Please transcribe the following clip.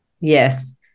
Yes